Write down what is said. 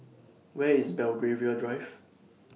Where IS Belgravia Drive